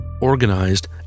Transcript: organized